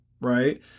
right